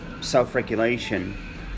self-regulation